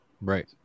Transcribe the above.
Right